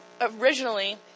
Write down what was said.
originally